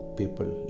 people